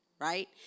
right